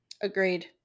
Agreed